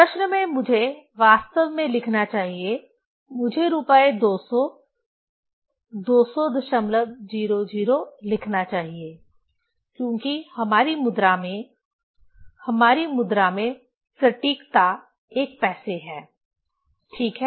प्रश्न में मुझे वास्तव में लिखना चाहिए मुझे रुपये 200 20000 लिखना चाहिए क्योंकि हमारी मुद्रा में हमारी मुद्रा में सटीकता 1 पैसे है ठीक है